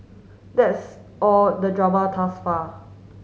that's all the drama far